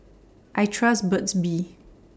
I Trust Burt's Bee